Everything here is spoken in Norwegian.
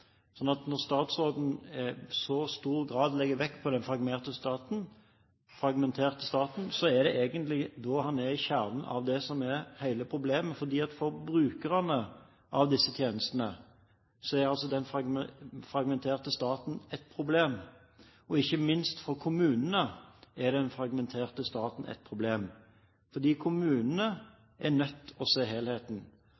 Når statsråden i så stor grad legger vekt på den fragmenterte staten, er det egentlig da han er i kjernen av det som er hele problemet, for for brukerne av disse tjenestene er den fragmenterte staten et problem, og ikke minst for kommunene er den fragmenterte staten et problem. For kommunene